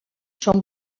són